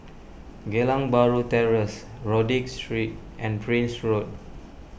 Geylang Bahru Terrace Rodyk Street and Prince Road